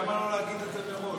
למה לא להגיד את זה מראש?